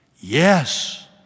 Yes